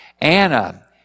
Anna